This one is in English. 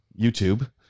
YouTube